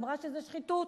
אמרה שזה שחיתות,